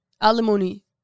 Alimony